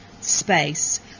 space